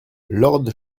lord